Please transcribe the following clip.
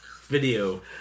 video